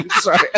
sorry